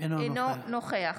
אינו נוכח